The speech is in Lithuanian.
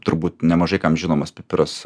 turbūt nemažai kam žinomas pipiras